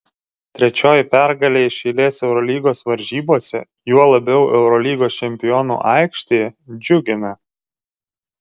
trečioji pergalė iš eilės eurolygos varžybose juo labiau eurolygos čempionų aikštėje džiugina